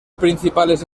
principales